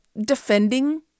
defending